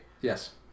Yes